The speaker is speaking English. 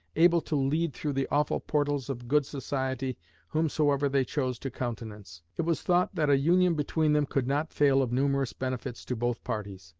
able to lead through the awful portals of good society whomsoever they chose to countenance. it was thought that a union between them could not fail of numerous benefits to both parties.